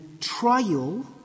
trial